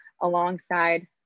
alongside